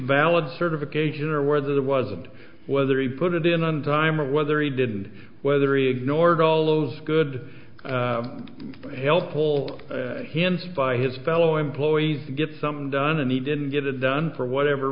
valid certification or whether that wasn't whether he put it in on time or whether he did and whether he ignored all those good helpful hints by his fellow employees to get something done and he didn't get it done for whatever